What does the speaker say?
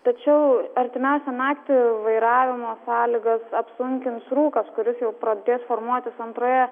tačiau artimiausią naktį vairavimo sąlygas apsunkins rūkas kuris jau pradės formuotis antroje